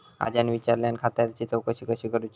आज्यान विचारल्यान खात्याची चौकशी कशी करुची?